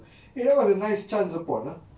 eh that was a nice chance upon ah